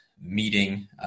meeting